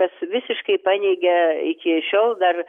kas visiškai paneigė iki šiol dar